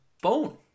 phone